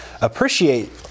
appreciate